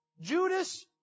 Judas